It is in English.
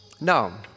Now